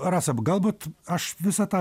rasa galbūt aš visą tą